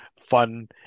fun